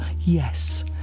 Yes